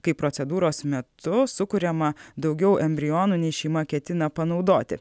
kai procedūros metu sukuriama daugiau embrionų nei šeima ketina panaudoti